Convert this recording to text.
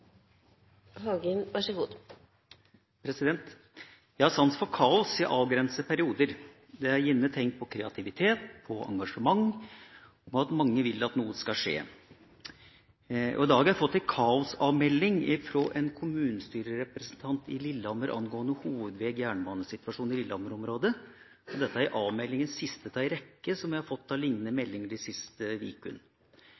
for kaos – i avgrensede perioder. Det er gjerne et tegn på kreativitet, på engasjement og på at mange vil at noe skal skje. I dag har jeg fått en «kaos-avmelding» fra en kommunestyrerepresentant i Lillehammer angående hovedveg–jernbane-situasjonen i Lillehammer-området, og dette er den siste av en rekke liknende meldinger jeg har fått